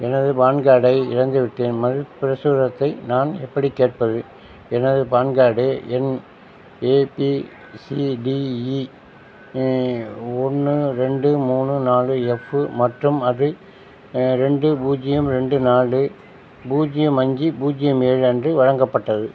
எனது பேன் கார்டை இழந்துவிட்டேன் மறு பிரசுரத்தை நான் எப்படிக் கேட்பது எனது பேன் கார்டு எண் A B C D E ஒன்று ரெண்டு மூணு நாலு எஃபு மற்றும் அதை ரெண்டு பூஜ்ஜியம் ரெண்டு நாலு பூஜ்ஜியம் அஞ்சு பூஜ்ஜியம் ஏழு அன்று வழங்கப்பட்டது